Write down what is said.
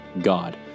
God